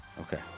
Okay